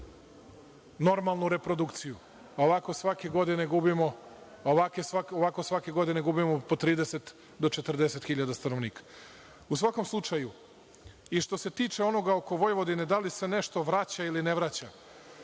normalnu reprodukciju. Ovako svake godine gubimo po 30.000 do 40.000 stanovnika.U svakom slučaju, što se tiče onoga oko Vojvodine, da li se nešto vraća ili ne vraća,